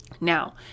Now